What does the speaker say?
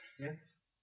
Yes